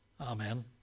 Amen